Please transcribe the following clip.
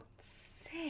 Sick